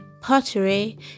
pottery